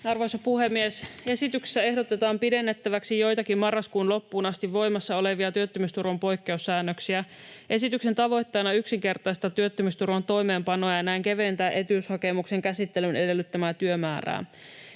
Arvoisa puhemies! Esityksessä ehdotetaan pidennettäviksi joitakin marraskuun loppuun asti voimassa olevia työttömyysturvan poikkeussäännöksiä. Esityksen tavoitteena on yksinkertaistaa työttömyysturvan toimeenpanoa ja näin keventää etuushakemuksien käsittelyn edellyttämää työmäärää.